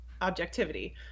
objectivity